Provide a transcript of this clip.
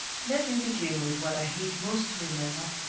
let me begin with what i hate most to remember,